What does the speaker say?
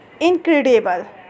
incredible